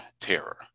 terror